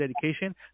dedication